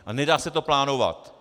A nedá se to plánovat.